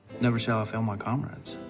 never shall i fail my comrades.